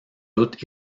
doute